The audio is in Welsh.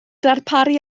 darparu